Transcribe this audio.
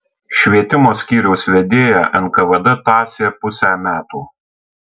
švietimo skyriaus vedėją nkvd tąsė pusę metų